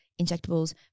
injectables